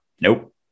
nope